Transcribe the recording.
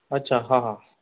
अच्छा हा हा